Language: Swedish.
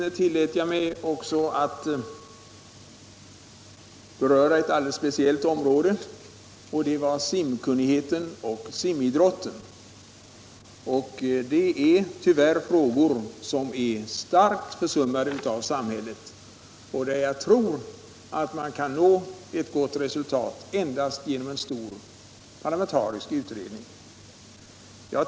Jag tillät mig även beröra ett alldeles speciellt område, nämligen simkunnigheten och simidrotten som motion. Tyvärr är detta område starkt försummat av samhället, och jag tror att man där kan nå ett gott resultat endast genom en parlamentarisk utredning.